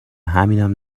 همینم